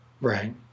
right